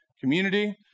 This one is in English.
community